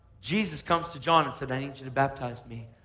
jesus comes to john and says i need you to baptize me,